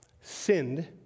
sinned